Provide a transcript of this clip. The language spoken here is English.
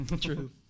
True